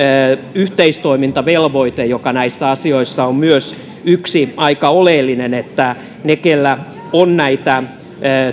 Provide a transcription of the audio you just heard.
yhteistoimintavelvoite joka näissä asioissa on myös aika oleellinen että ne keillä on